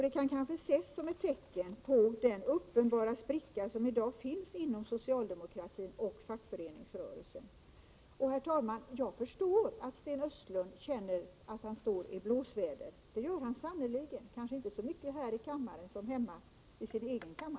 Det kan kanske ses som ett tecken på den uppenbara spricka som i dag finns inom socialdemokratin och fackföreningsrörelsen. Herr talman! Jag förstår att Sten Östlund känner att han står i blåsväder. Det gör han sannerligen, kanske inte så mycket här i riksdagens kammare som i sin egen kammare.